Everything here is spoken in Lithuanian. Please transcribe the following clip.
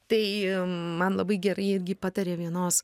tai man labai gerai irgi patarė vienos